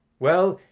well,